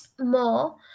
more